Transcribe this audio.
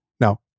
Now